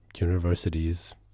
universities